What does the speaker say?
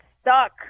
stuck